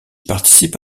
participe